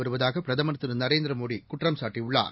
வருவதாக பிரதமர் திரு நரேந்திரமோடி குற்றம்சாட்டியுள்ளார்